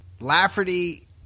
Lafferty